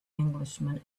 englishman